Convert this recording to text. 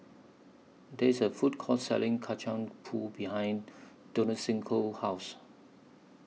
There IS A Food Court Selling Kacang Pool behind Donaciano's House